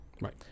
right